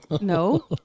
no